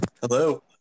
Hello